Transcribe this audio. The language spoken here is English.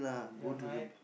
your night